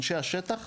אנשי השטח,